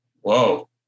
Whoa